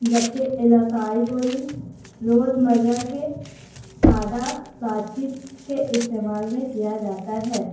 جبکہ علاقائی بولی روزمرہ کے سادہ بات چیت کے استعمال میں کیا جاتا ہے